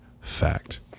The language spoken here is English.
fact